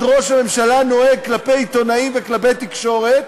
ראש הממשלה נוהג כלפי עיתונאים וכלפי תקשורת,